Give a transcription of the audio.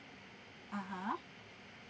(uh huh)